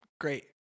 Great